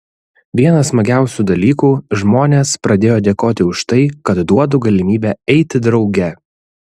vienas smagiausių dalykų žmonės pradėjo dėkoti už tai kad duodu galimybę eiti drauge